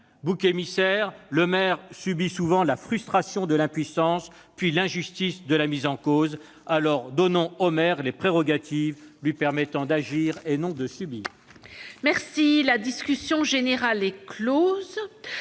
Bouc émissaire, ce dernier subit souvent la frustration de l'impuissance, puis l'injustice de la mise en cause. Alors, donnons au maire les prérogatives lui permettant d'agir, pour ne plus avoir à subir. La discussion générale est close.